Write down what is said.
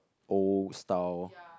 old style